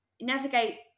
navigate